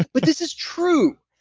but this is true.